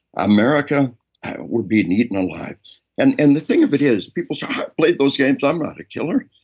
america would be eaten eaten alive and and the thing of it is, people say, i've played those games. i'm not a killer.